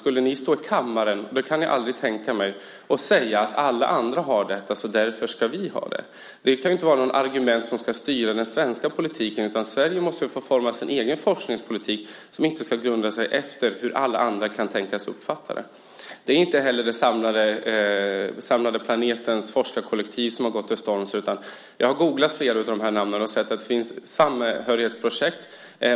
Skulle ni stå i kammaren - det kan jag aldrig tänka mig - och säga att alla andra har detta så därför ska vi också ha det. Det kan inte vara ett argument som ska styra den svenska politiken. Sverige måste väl få forma sin egen forskningspolitik som inte ska grunda sig på hur alla andra kan tänkas uppfatta den. Det är inte heller planetens samlade forskarkollektiv som har gått till storms. Jag har googlat flera av de här namnen och sett att det finns samhörighetsprojekt.